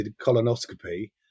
colonoscopy